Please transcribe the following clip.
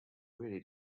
really